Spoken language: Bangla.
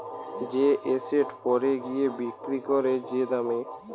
যে এসেট পরে গিয়ে বিক্রি করে যে দামে